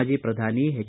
ಮಾಜಿ ಪ್ರಧಾನಿ ಎಚ್